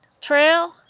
trail